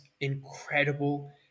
incredible